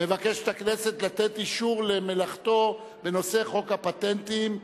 הכנסת מבקשת לתת אישור למלאכתו בנושא חוק הפטנטים.